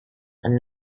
and